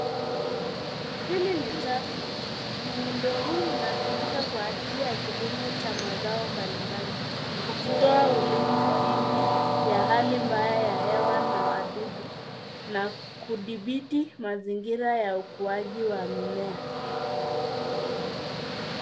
Hili ni chafu, muundo huu unatumika kwa ajili ya kilimo cha mazao mbalimbali, ukitoa ulinzi dhidi ya hali mbaya ya hewa, na wadudu, na kudhibiti, mazingira ya ukuaji wa mimea.